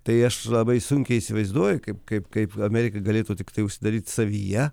tai aš labai sunkiai įsivaizduoju kaip kaip kaip amerika galėtų tiktai užsidaryti savyje